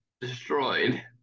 destroyed